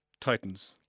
Titans